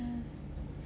mm